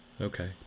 Okay